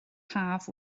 haf